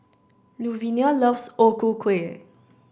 Luvenia loves O Ku Kueh